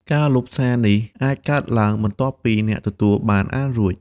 ការលុបសារនេះអាចកើតឡើង បន្ទាប់ពីអ្នកទទួលបានអានរួច។